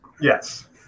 Yes